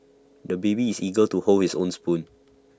the baby is eager to hold his own spoon